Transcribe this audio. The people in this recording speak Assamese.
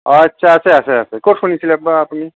আচ্ছা আছে আছে আছে ক'ত শুনিছিলে বা আপুনি